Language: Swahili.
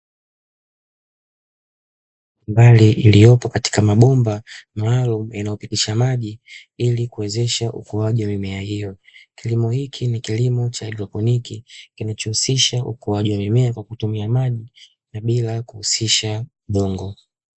Mbali iliyopo katika mabomba maalumu, inayopitisha maji, ili kuwezesha ukuaji wa mimea hiyo, kilimo hiki ni kilimo cha haidroponiki, kinachohusisha ukuaji wa mimea kwa kutumia maji, na bila kuhusisha udongo.